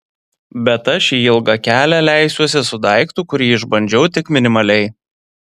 bet aš į ilgą kelią leisiuosi su daiktu kurį išbandžiau tik minimaliai